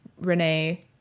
Renee